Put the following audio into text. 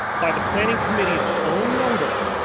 by the planning committees own numbers,